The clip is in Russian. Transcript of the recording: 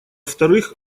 вторых